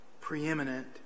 preeminent